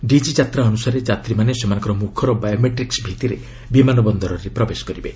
ଡିକି ଯାତ୍ରା ଅନୁସାରେ ଯାତ୍ରୀମାନେ ସେମାନଙ୍କର ମୁଖର ବାୟୋମେଟ୍ରିକ୍ସ ଭିଭିରେ ବିମାନ ବନ୍ଦରରେ ପ୍ରବେଶ କରିବେ